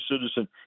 citizen